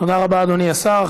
תודה רבה, אדוני השר.